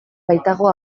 baitago